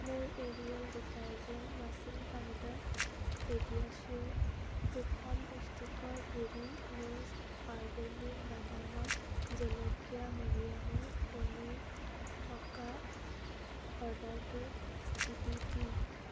মোৰ Ariel detergent ৱাশ্বিং powder পিডিয়াচিয়'ৰ সুষম পুষ্টিকৰ গুড়ি মুজ অৰ্গেনিক বাদামৰ জলকীয়া সৰিয়হৰ পনীৰ থকা অৰ্ডাৰটোৰ স্থিতি কি